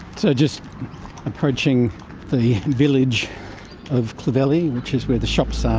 so just approaching the village of clovelly, which is where the shops um